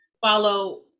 follow